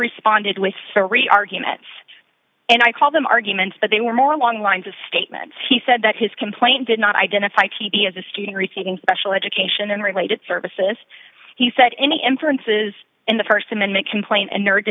responded with three arguments and i called them arguments but they were more along the lines of statements he said that his complaint did not identify t d as a student receiving special education and related services he said any inferences in the st amendment complaint and